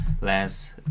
last